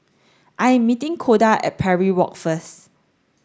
I am meeting Koda at Parry Walk first